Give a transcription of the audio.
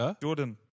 Jordan